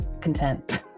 content